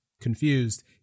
confused